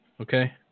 okay